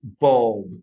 bulb